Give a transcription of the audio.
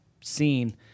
seen